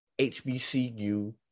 HBCU